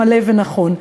מלא ונכון.